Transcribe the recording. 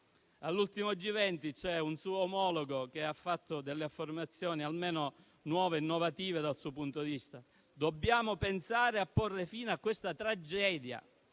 All'ultimo G20 un suo omologo ha fatto delle affermazioni almeno nuove, innovative dal suo punto di vista, dicendo che dobbiamo pensare a porre fine a questa tragedia,